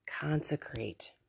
Consecrate